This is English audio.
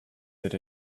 that